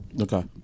Okay